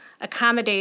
accommodate